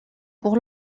pour